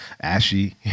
Ashy